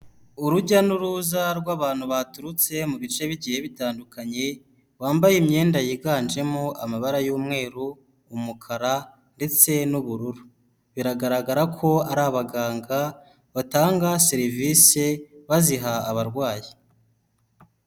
Urujya n'uruza rw'abantu baturutse mu bice bigiye bitandukanye, bambaye imyenda yiganjemo amabara y'umweru, umukara ndetse n'ubururu, biragaragara ko ari abaganga batanga serivisi baziha abarwayi.